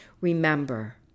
remember